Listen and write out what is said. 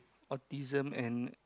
autism and